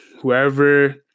whoever